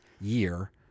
year